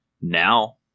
now